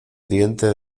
diente